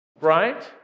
Right